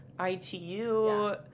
ITU